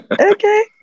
Okay